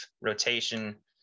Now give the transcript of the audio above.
rotation